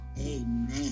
Amen